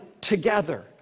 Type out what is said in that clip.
together